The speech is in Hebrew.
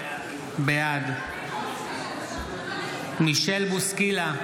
בעד מישל בוסקילה,